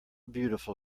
beautiful